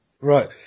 right